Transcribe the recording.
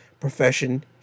profession